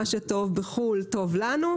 מה שטוב בחו"ל, טוב לנו.